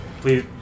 Please